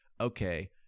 Okay